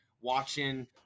watching